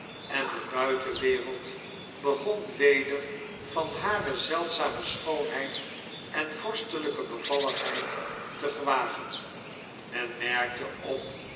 en de buitenwereld begon weder van hare zeldzame schoonheid en vorstelyke bevalligheid te gewagen men merkte op